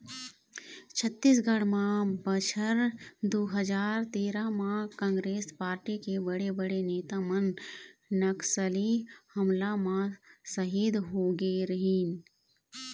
छत्तीसगढ़ म बछर दू हजार तेरा म कांग्रेस पारटी के बड़े बड़े नेता मन नक्सली हमला म सहीद होगे रहिन